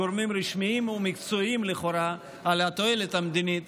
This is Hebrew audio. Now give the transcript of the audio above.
גורמים רשמיים ומקצועיים לכאורה על התועלת המדינית.